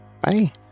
bye